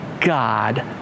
god